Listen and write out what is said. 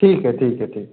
ठीक है ठीक है ठीक